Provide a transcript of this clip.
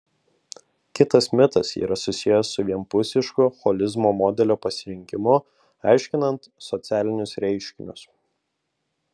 kitas mitas yra susijęs su vienpusišku holizmo modelio pasirinkimu aiškinant socialinius reiškinius